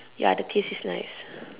ya the taste is nice